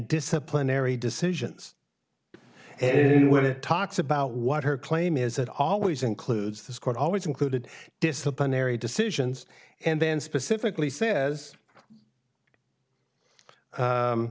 disciplinary decisions talks about what her claim is that always includes this court always included disciplinary decisions and then specifically says